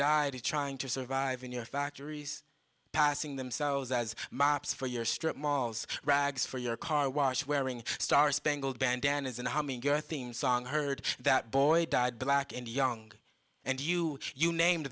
died trying to survive in your factories passing themselves as mobs for your strip malls rags for your car wash wearing star spangled bandanas and humming your theme song heard that boy died black and young and you you named